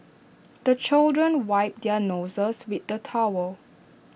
the children wipe their noses with the towel